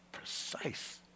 precise